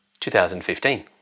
2015